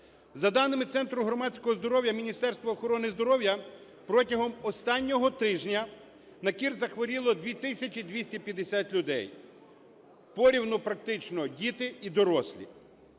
За даними Центру громадського здоров'я Міністерства охорони здоров'я протягом останнього тижня на кір захворіло 2 тисячі 250 людей, порівну практично діти і дорослі.